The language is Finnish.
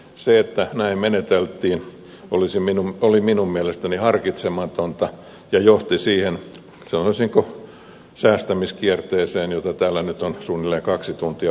se että näin meneteltiin oli minun mielestäni harkitsematonta ja johti siihen sanoisinko säästämiskierteeseen jota täällä nyt on suunnilleen kaksi tuntia vaikeroitu